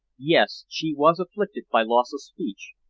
yes she was afflicted by loss of speech,